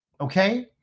Okay